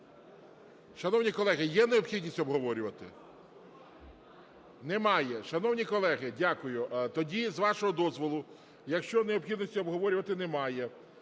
Шановні колеги, є необхідність обговорювати? Немає. Шановні колеги, дякую. Тоді, з вашого дозволу, якщо необхідності обговорювати немає,